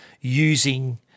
using